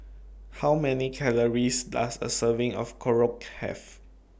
How Many Calories Does A Serving of Korokke Have